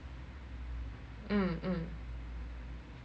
mm mm